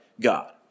God